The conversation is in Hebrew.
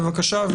בבקשה,